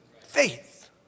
Faith